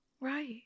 right